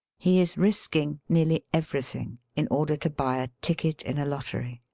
he is risking nearly everything in order to buy a ticket in a lottery.